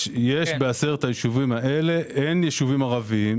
בעשרת הישובים האלה אין ישובים ערביים.